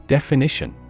Definition